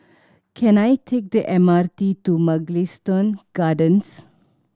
can I take the M R T to Mugliston Gardens